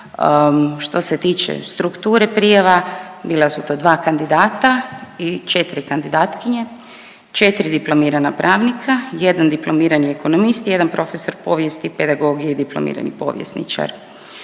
Što se tiče strukture prijava bila su to dva kandidata i četiri kandidatkinje, 4 diplomirana pravnika, 1 diplomirani ekonomist i 1 profesor povijesti i pedagogije i diplomirani povjesničar.